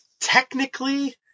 technically